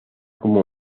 como